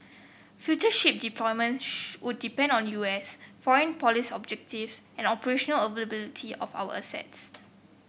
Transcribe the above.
future ship deployments would depend on U S foreign policy objectives and operational availability of our assets